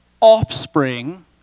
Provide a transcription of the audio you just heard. offspring